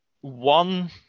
one